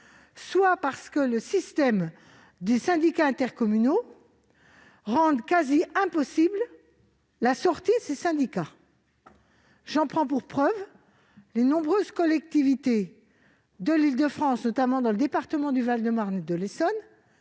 soit parce que le système des syndicats intercommunaux rend presque impossible la sortie de ces syndicats. J'en veux pour preuve les nombreuses collectivités de l'Île-de-France, notamment dans les départements du Val-de-Marne et de l'Essonne,